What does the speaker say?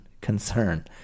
concern